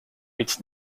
its